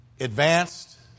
Advanced